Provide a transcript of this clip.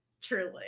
Truly